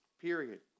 period